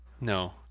No